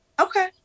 Okay